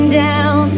down